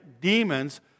demons